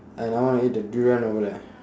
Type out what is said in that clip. and I wanna eat the durian over there